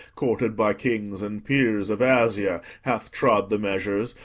courted by kings and peers of asia, hath trod the measures,